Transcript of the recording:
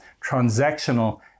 transactional